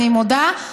אני מודה,